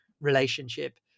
relationship